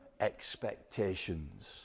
expectations